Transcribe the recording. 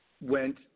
Went